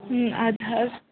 اَدٕ حظ